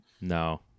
No